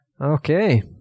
Okay